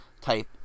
type